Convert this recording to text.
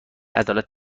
عدالت